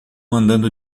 andando